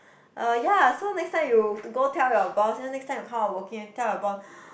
um ya so next time you go tell your boss then next time you come out working you tell your boss